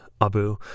abu